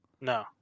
No